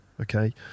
okay